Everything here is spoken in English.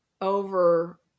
over